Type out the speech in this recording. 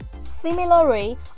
Similarly